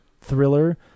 thriller